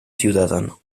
ciudadano